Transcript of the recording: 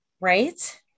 right